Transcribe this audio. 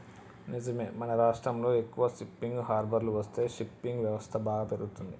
నిజమే మన రాష్ట్రంలో ఎక్కువ షిప్పింగ్ హార్బర్లు వస్తే ఫిషింగ్ వ్యవస్థ బాగా పెరుగుతంది